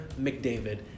McDavid